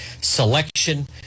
selection